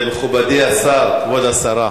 מכובדי השר, כבוד השרה,